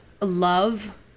love